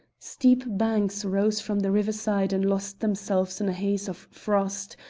steep banks rose from the riverside and lost themselves in a haze of frost,